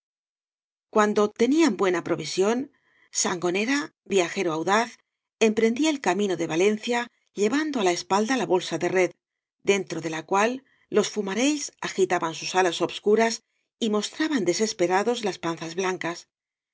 cuando tenían buena provisión sangonera viajero audaz emprendía el camino de valencia llevando á la espalda la bolsa de red dentro de la cual los fumarells agitaban sus alas obscuras y mostraban desesperados las panzas blancas